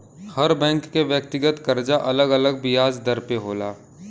हर bank के व्यक्तिगत करजा अलग अलग बियाज दर पे होला